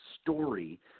story